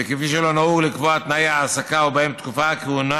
וכפי שלא נהוג לקבוע תנאי העסקה ובהם תקופת כהונה